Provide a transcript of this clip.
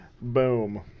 Boom